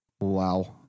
Wow